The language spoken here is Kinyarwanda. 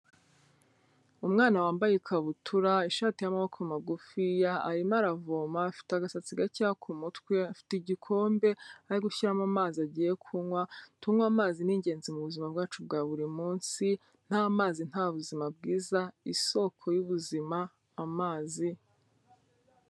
Umwana wambaye ikabutura, ishati y'amaboko magufiya arimo aravoma, afite agasatsi gakeya ku mutwe, afite igikombe aho ari gushyiramo amazi agiye kunywa. Tunywe amazi ni ingenzi mu bu buzima bwacu bwa buri munsi, nta mazi nta buzima bwiza, isoko y'ubuzima amazi.